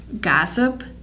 gossip